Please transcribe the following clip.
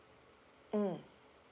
mm